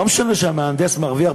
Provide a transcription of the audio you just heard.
לא משנה שהמהנדס מרוויח,